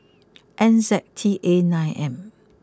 N Z T A nine M